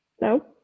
No